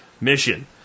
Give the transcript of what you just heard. Mission